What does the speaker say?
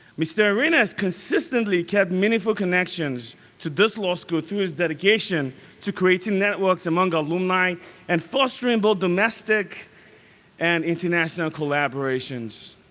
mr. arena has consistently kept meaningful connections to this law school through his dedication to creating networks among alumni and fostering both domestic and international collaborations.